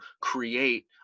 create